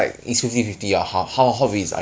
three hundred dollars more for thirty eighty